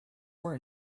were